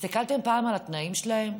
הסתכלתם פעם על התנאים שלהן?